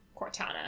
Cortana